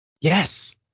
Yes